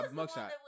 mugshot